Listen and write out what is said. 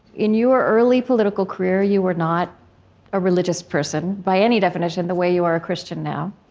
in your early political career, you were not a religious person by any definition the way you are a christian now.